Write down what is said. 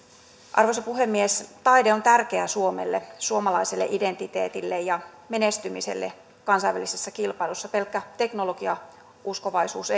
arvoisa puhemies taide on tärkeää suomelle suomalaiselle identiteetille ja menestymiselle kansainvälisissä kilpailuissa pelkkä teknologiauskovaisuus